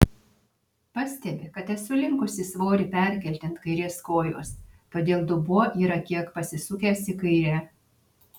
pastebi kad esu linkusi svorį perkelti ant kairės kojos todėl dubuo yra kiek pasisukęs į kairę